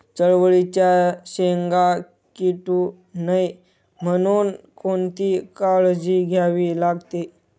चवळीच्या शेंगा किडू नये म्हणून कोणती काळजी घ्यावी लागते?